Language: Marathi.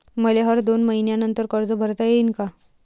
मले हर दोन मयीन्यानंतर कर्ज भरता येईन का?